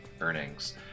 earnings